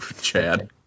chad